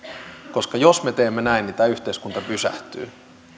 koska jos me teemme näin niin tämä yhteiskunta pysähtyy